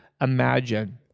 imagine